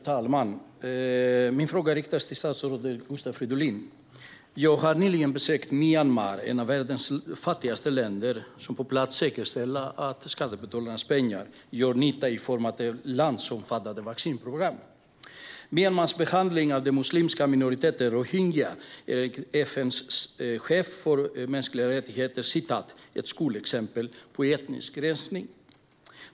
Herr talman! Min fråga riktar sig till statsrådet Gustav Fridolin. Jag har nyligen besökt Myanmar, ett av världens fattigaste länder, för att på plats säkerställa att skattebetalarnas pengar gör nytta i form av ett landsomfattande vaccinprogram. Myanmars behandling av den muslimska minoriteten rohingya är enligt FN:s chef för mänskliga rättigheter ett "skolexempel" på etnisk rensning.